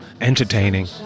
entertaining